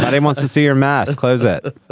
ah dave wants to see your mass close it